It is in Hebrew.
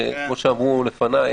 כמו שאמרו לפניי,